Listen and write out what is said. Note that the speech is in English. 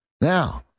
Now